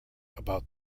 about